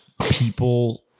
people